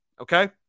Okay